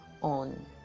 on